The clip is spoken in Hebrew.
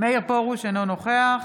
מאיר פרוש, אינו נוכח